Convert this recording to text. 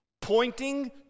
pointing